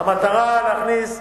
המטרה להכניס,